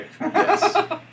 Yes